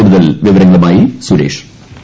കൂടുതൽ വിവരങ്ങളുമായി സുരേഷ് ഗോപി